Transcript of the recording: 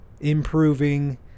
improving